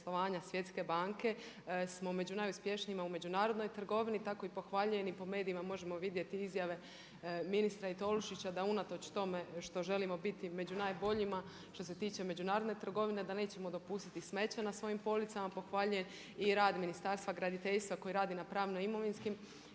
poslovanja Svjetske banke smo među najuspješnijima u međunarodnoj trgovini, tako i pohvaljujem i po medijima možemo vidjeti izjave ministra i Tolušića da unatoč tome što želimo biti među najboljima, što se tiče međunarodne trgovine, da nećemo dopustiti smeće na svojim policama. Pohvaljujem i rad Ministarstva graditeljstva koji radi na pravno-imovinskim,